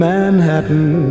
Manhattan